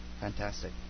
fantastic